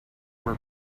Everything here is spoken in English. were